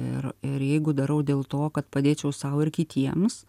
ir ir jeigu darau dėl to kad padėčiau sau ir kitiems